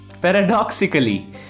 Paradoxically